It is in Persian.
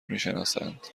میشناسند